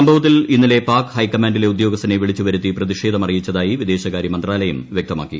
സംഭവത്തിൽ ഇന്നലെ പാക് ഹൈക്കമാൻഡിലെ ഉദ്യോഗസ്ഥനെ വിളിച്ചു വരുത്തി പ്രതിഷേധമറിയിച്ചതായി വിദേശകാരൃ മന്ത്രാലയം വൃക്തമാക്കി